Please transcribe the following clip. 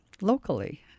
locally